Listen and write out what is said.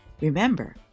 Remember